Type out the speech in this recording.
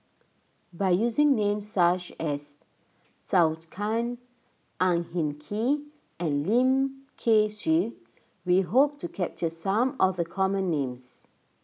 by using names such as Zhou Can Ang Hin Kee and Lim Kay Siu we hope to capture some of the common names